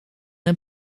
een